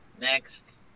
Next